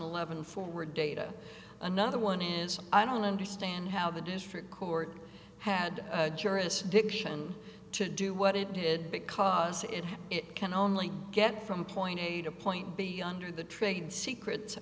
eleven forward data another one is i don't understand how the district court had jurisdiction to do what it did because it had it can only get from point a to point b under the trade secrets